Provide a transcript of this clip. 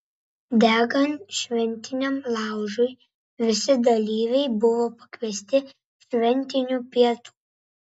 degant šventiniam laužui visi dalyviai buvo pakviesti šventinių pietų